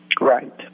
Right